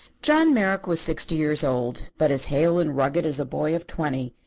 john merrick was sixty years old, but as hale and rugged as a boy of twenty.